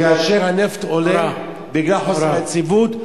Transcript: כאשר הנפט עולה בגלל חוסר היציבות,